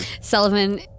Sullivan